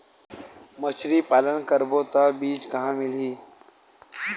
मछरी पालन करबो त बीज कहां मिलही?